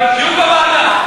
דיון בוועדה.